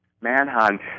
manhunt